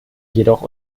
jedoch